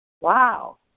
Wow